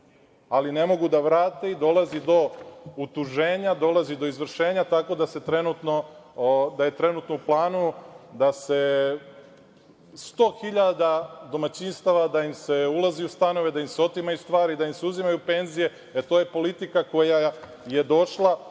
ali ne mogu da vrate i dolazi do utuženja, dolazi do izvršenja, tako da je trenutno u planu da se u 100.000 domaćinstava ulazi u stanove, da im se otimaju stvari, da im se uzimaju penzije, jer to je politika koja je došla